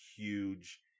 Huge